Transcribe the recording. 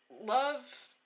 love